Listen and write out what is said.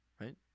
right